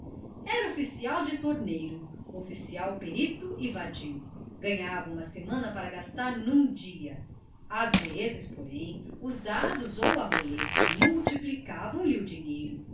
era oficial de torneiro oficial perito e vadio ganhava uma semana para gastar num dia às vezes porém os dados ou a roleta multiplicavam lhe o dinheiro